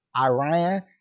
Iran